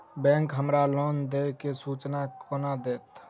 Bank हमरा loan देय केँ सूचना कोना देतय?